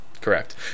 Correct